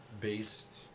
based